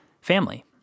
family